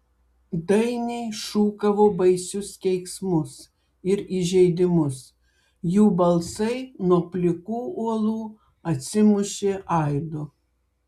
dainiai šūkavo baisius keiksmus ir įžeidimus jų balsai nuo plikų uolų atsimušė aidu